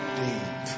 deep